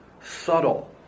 subtle